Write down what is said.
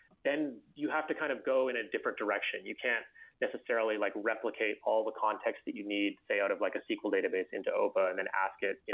then you have to kind of go in a different direction. you can't necessarily like replicate all the context that you need, say, out of like a sql database into opa and then ask it,